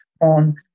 on